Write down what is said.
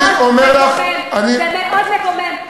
אני אומר לך, זה מאוד מקומם.